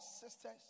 sisters